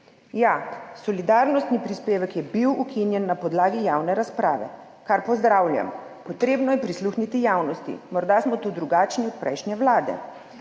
Ja, solidarnostni prispevek je bil ukinjen na podlagi javne razprave, kar pozdravljam. Treba je prisluhniti javnosti. Morda smo tu drugačni od prejšnje vlade.